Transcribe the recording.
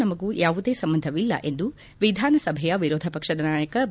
ನಮಗೂ ಯಾವುದೇ ಸಂಬಂಧವಿಲ್ಲ ಎಂದು ವಿಧಾನಸಭೆಯ ವಿರೋಧ ಪಕ್ಷದ ನಾಯಕ ಬಿ